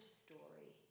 story